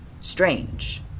strange